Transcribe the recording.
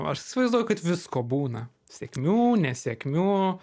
aš įsivaizduoju kad visko būna sėkmių nesėkmių